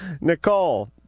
Nicole